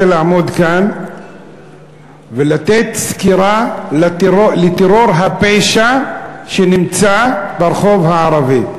אני רוצה לעמוד כאן ולתת סקירה על טרור הפשע ברחוב הערבי.